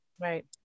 Right